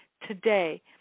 today